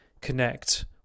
connect